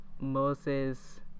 Moses